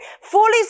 fully